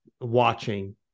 watching